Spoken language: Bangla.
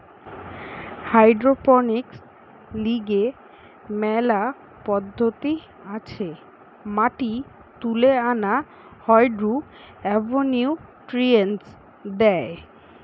হাইড্রোপনিক্স লিগে মেলা পদ্ধতি আছে মাটি তুলে আনা হয়ঢু এবনিউট্রিয়েন্টস দেয়